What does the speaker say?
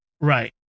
Right